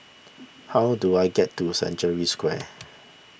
how do I get to Century Square